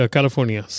California